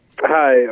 Hi